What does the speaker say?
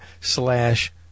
slash